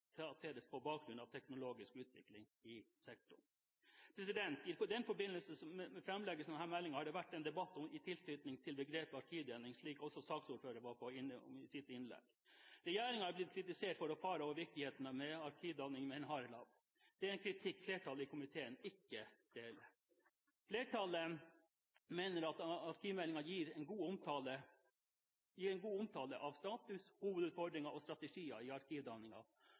på bakgrunn av teknologisk utvikling i sektoren. I forbindelse med fremleggelse av denne meldingen har det vært en debatt i tilknytning til begrepet «arkivdanning», slik også saksordføreren var inne på i sitt innlegg. Regjeringen er blitt kritisert for å fare over viktigheten av arkivdanning med en harelabb. Det er en kritikk flertallet i komiteen ikke deler. Flertallet mener at arkivmeldingen gir en god omtale av status, hovedutfordringer og strategier i